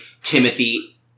Timothy